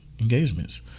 engagements